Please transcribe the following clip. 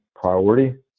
priority